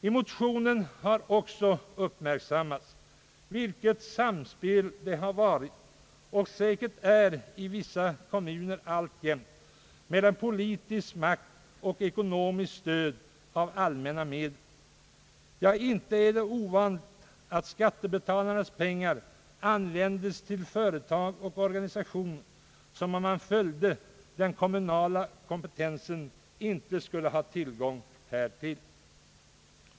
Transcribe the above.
I motionen har också uppmärksammats vilket samspel det har varit och säkert är i vissa kommuner alltjämt mellan politisk makt och ekonomiskt stöd av allmänna medel. Ja, inte är det ovanligt att skattebetalarnas pengar används till företag och organisationer som om man följde den kommunala kompetensen inte skulle ha tillgång härtill.